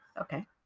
Okay